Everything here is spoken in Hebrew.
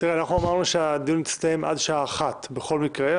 אמרנו שהדיון יסתיים עד השעה 13:00 בכל מקרה,